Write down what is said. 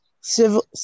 civil